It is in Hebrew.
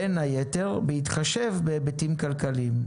בין היתר, בהתחשב בהיבטים כלכליים.